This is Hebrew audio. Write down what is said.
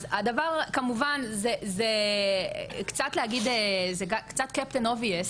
אז הדבר הזה הוא קצת "קפטן אובייס",